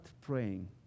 praying